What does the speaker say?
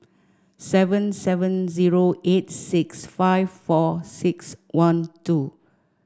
seven seven zero eight six five four six one two